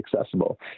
accessible